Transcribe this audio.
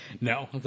no